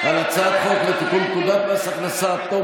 הצעת חוק לתיקון פקודת מס הכנסה (פטור